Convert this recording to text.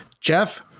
jeff